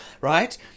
right